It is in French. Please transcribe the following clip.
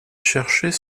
cherchait